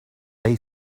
they